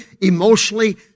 emotionally